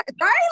right